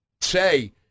say